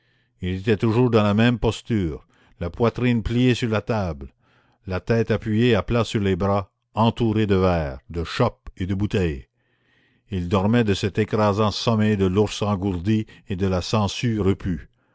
il était toujours dans la même posture la poitrine pliée sur la table la tête appuyée à plat sur les bras entouré de verres de chopes et de bouteilles il dormait de cet écrasant sommeil de l'ours engourdi et de la sangsue repue